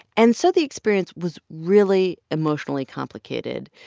and so the experience was really emotionally complicated.